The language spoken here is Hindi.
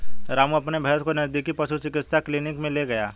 रामू अपनी भैंस को नजदीकी पशु चिकित्सा क्लिनिक मे ले गया